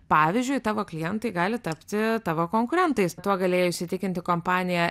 pavyzdžiui tavo klientai gali tapti tavo konkurentais tuo galėjo įsitikinti kompanija